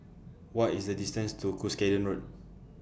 What IS The distance to Cuscaden Road